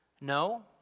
No